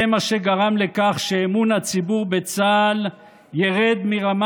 זה מה שגרם לכך שאמון הציבור בצה"ל ירד מרמה